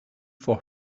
for